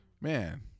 Man